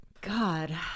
God